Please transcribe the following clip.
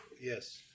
Yes